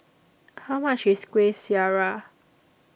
How much IS Kuih Syara